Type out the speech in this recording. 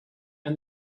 and